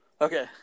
Okay